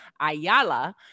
Ayala